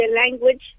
language